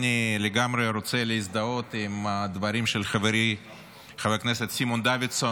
אני לגמרי רוצה להזדהות עם הדברים של חברי חבר הכנסת סימון דוידסון,